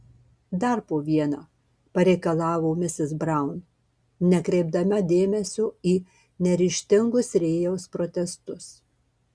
dar po vieną pareikalavo misis braun nekreipdama dėmesio į neryžtingus rėjaus protestus